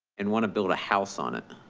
and want to build a house on it,